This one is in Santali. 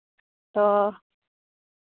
ᱛᱚ